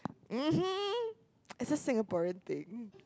uh hmm is a Singaporean thing